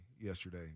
yesterday